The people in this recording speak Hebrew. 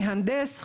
מהנדס,